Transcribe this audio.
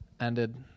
ended